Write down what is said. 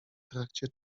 trakcie